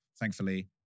thankfully